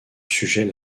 sujet